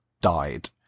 died